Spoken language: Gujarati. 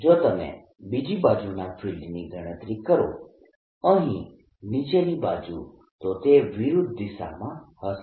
જો તમે બીજી બાજુના ફિલ્ડની ગણતરી કરો અહીં નીચેની બાજુ તો તે વિરુદ્ધ દિશામાં હશે